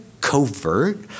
covert